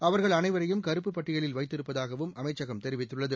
அவர்கள் அனைவரையும் கறுப்புப் பட்டியவில் வைத்திருப்பதாகவும் அமைச்சகம் தெரிவித்துள்ளது